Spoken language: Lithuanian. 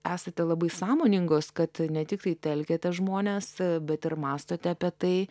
esate labai sąmoningos kad ne tiktai telkiate žmones bet ir mąstote apie tai